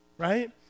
right